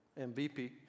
MVP